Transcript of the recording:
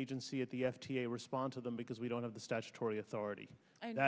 agency at the f d a respond to them because we don't have the statutory authority and